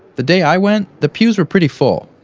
the day i went, the pews were pretty full,